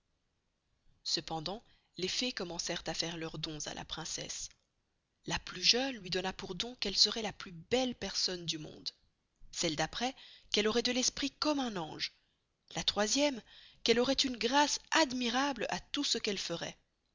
cependant les fées commencerent à faire leurs dons à la princesse la plus jeune luy donna pour don qu'elle seroit la plus belle personne du monde celle d'aprés qu'elle auroit de l'esprit comme un ange la troisiéme qu'elle auroit une grace admirable à tout ce qu'elle feroit